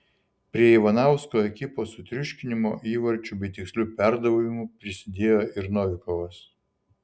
prie ivanausko ekipos sutriuškinimo įvarčiu bei tiksliu perdavimu prisidėjo ir novikovas